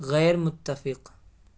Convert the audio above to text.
غیر متفق